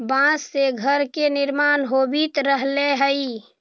बाँस से घर के निर्माण होवित रहले हई